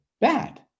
bad